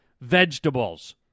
vegetables